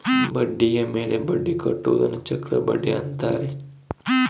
ಬಡ್ಡಿಯ ಮೇಲೆ ಬಡ್ಡಿ ಕಟ್ಟುವುದನ್ನ ಚಕ್ರಬಡ್ಡಿ ಅಂತಾರೆ